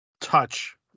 touch